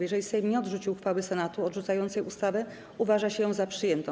Jeżeli Sejm nie odrzuci uchwały Senatu odrzucającej ustawę, uważa się ją za przyjętą.